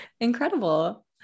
incredible